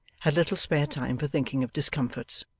had little spare time for thinking of discomforts.